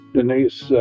Denise